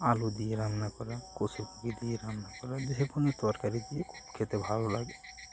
আলু দিয়ে রান্না করা কচুর মুখি দিয়ে রান্না করা যেকোনো তরকারি দিয়ে খুব খেতে ভালো লাগে